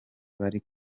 bari